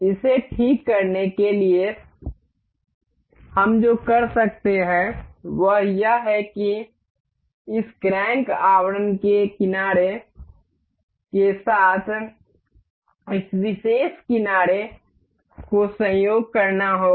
इसे ठीक करने के लिए हम जो कर सकते हैं वह यह है कि इस क्रैंक आवरण के किनारे के साथ इस विशेष किनारे को संयोग करना होगा